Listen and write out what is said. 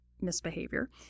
misbehavior